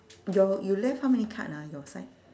your you left how many card ah your side